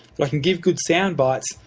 like can give good sound bites,